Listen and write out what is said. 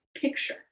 picture